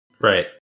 Right